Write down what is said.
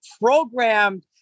programmed